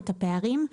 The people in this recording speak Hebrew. את הפערים,